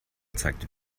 zeigt